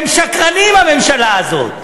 הם שקרנים, הממשלה הזאת.